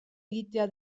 egitea